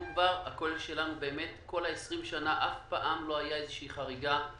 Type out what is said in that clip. מעולם לא היתה חריגה.